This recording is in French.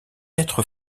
être